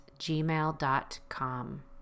gmail.com